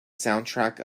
soundtrack